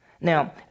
Now